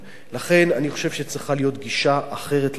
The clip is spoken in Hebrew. לכן, אני חושב שצריכה להיות גישה אחרת לחלוטין.